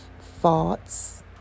Thoughts